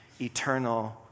eternal